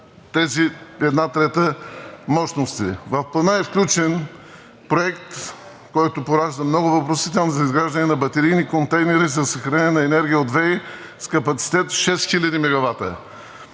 тези една трета мощности. В Плана е включен проект, който поражда много въпросителни: за изграждане на батерийни контейнери за съхранение на енергия от ВЕИ с капацитет 6000 мегавата,